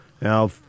Now